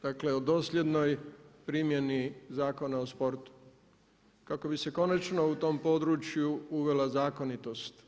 Dakle o dosljednoj primjeni Zakona o sportu kako bi se konačno u tom području uvela zakonitost u radu.